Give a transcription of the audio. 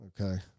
Okay